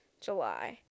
July